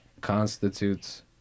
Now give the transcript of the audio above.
constitutes